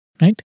right